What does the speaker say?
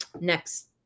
next